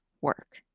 work